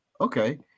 Okay